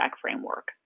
framework